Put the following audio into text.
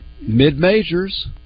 mid-majors